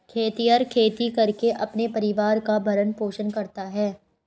खेतिहर खेती करके अपने परिवार का भरण पोषण करता है